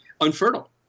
unfertile